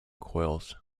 coils